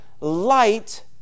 light